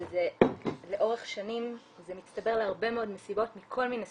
אבל לאורך שנים זה מצטבר להרבה מאוד מסיבות מכל מיני סוגים,